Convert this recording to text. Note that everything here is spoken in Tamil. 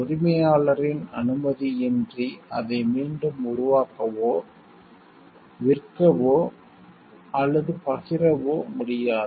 உரிமையாளரின் அனுமதியின்றி அதை மீண்டும் உருவாக்கவோ விற்கவோ அல்லது பகிரவோ முடியாது